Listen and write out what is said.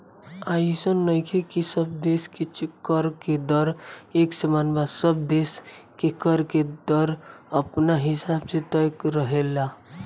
अइसन नइखे की सब देश के कर के दर एक समान बा सब देश के कर के दर अपना हिसाब से तय रहेला